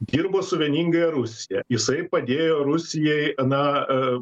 dirbo su vieningąja rusija jisai padėjo rusijai na a